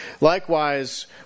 Likewise